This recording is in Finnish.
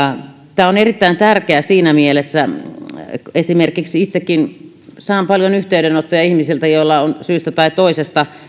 tämä on erittäin tärkeä siinä mielessä että esimerkiksi itsekin saan paljon yhteydenottoja ihmisiltä joille on syystä tai toisesta